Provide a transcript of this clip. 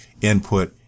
input